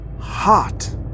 hot